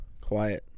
quiet